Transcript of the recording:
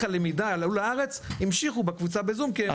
הלמידה לארץ והמשיכו בתהליך הלמידה בזום.